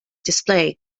display